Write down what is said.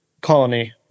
colony